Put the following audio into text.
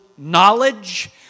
knowledge